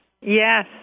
Yes